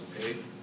Okay